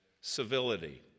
civility